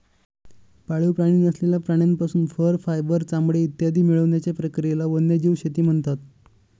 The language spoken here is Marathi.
पाळीव प्राणी नसलेल्या प्राण्यांपासून फर, फायबर, चामडे इत्यादी मिळवण्याच्या प्रक्रियेला वन्यजीव शेती म्हणतात